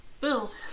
build